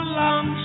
long